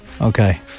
okay